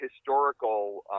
historical